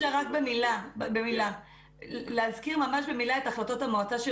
רק רוצה להזכיר במילה את החלטות המועצה.